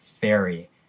fairy